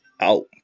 out